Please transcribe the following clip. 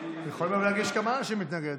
מתנגד, אבל, יכול להיות גם שכמה אנשים מתנגדים.